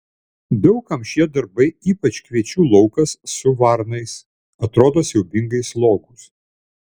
daug kam šie darbai ypač kviečių laukas su varnais atrodo siaubingai slogūs